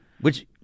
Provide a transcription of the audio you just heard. which-